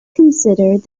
considered